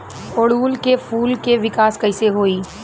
ओड़ुउल के फूल के विकास कैसे होई?